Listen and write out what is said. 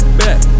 back